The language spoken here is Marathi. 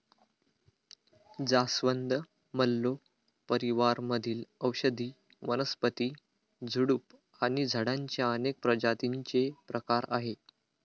जास्वंद, मल्लो परिवार मधील औषधी वनस्पती, झुडूप आणि झाडांच्या अनेक प्रजातींचे प्रकार आहे